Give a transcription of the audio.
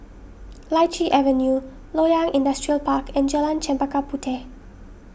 Lichi Avenue Loyang Industrial Park and Jalan Chempaka Puteh